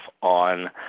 on